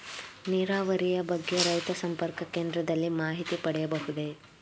ನೀರಾವರಿಯ ಬಗ್ಗೆ ರೈತ ಸಂಪರ್ಕ ಕೇಂದ್ರದಲ್ಲಿ ಮಾಹಿತಿ ಪಡೆಯಬಹುದೇ?